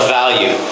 value